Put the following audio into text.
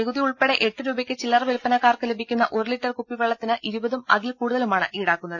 നികുതി ഉൾപ്പെടെ എട്ടു രൂപയ്ക്ക് ചില്ലറ വില്പനക്കാർക്ക് ലഭിക്കുന്ന ഒരു ലിറ്റർ കുപ്പിവെള്ളത്തിന് ഇരുപതും അതിൽ കൂടുതലുമാണ് ഈടാക്കുന്നത്